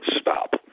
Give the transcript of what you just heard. Stop